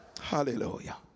Hallelujah